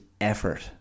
effort